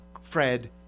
Fred